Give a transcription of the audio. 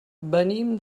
venim